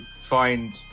find